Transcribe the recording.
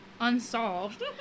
Unsolved